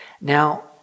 Now